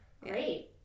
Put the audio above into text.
Great